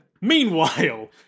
Meanwhile